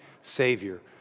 savior